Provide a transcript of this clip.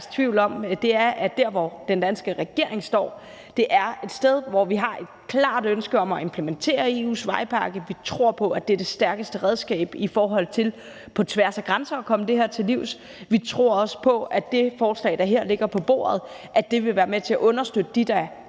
er, at der, hvor den danske regering står, er et sted, hvor vi har et klart ønske om at implementere EU's vejpakke. Vi tror på, at det er det stærkeste redskab i forhold til på tværs af grænser at komme det her til livs. Vi tror også på, at det forslag, der her ligger på bordet, vil være med til at understøtte de, der har